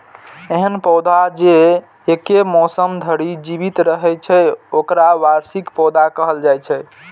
एहन पौधा जे एके मौसम धरि जीवित रहै छै, ओकरा वार्षिक पौधा कहल जाइ छै